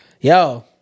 Yo